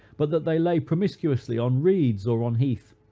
but that they lay promiscuously on reeds or on heath,